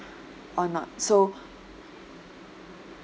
or not so